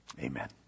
Amen